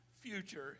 future